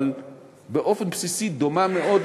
אבל באופן בסיסי דומה מאוד,